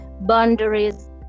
boundaries